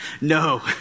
no